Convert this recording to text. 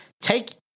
take